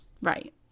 right